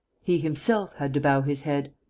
he himself had to bow his head.